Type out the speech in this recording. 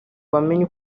bamenye